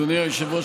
אדוני היושב-ראש,